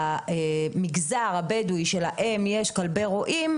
שהמגזר הבדווי שלהם יש כלבי רועים,